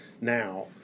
now